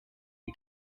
die